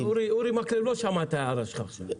אבל אורי מקלב לא שמע את ההערה שלך עכשיו.